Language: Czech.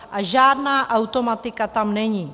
A žádná automatika tam není.